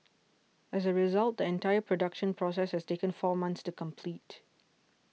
as a result the entire production process has taken four months to complete